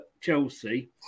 Chelsea